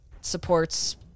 supports